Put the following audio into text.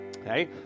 Okay